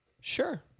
Sure